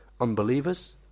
unbelievers